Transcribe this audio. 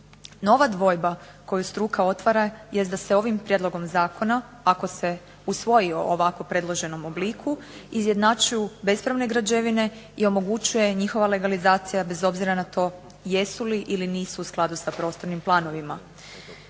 Nova dvojba koju struka otvara jest da se ovim prijedlogom zakona ako se usvoji ovako predloženom obliku, izjednačuju bespravne građevine i omogućuje njihova legalizacija bez obzira na to jesu ili nisu u skladu sa prostornim planovima.